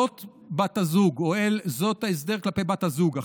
זה ההסדר כלפי בת הזוג.